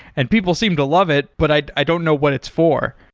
and people seem to love it, but i i don't know what it's for.